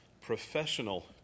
professional